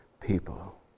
people